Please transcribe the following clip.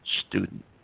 student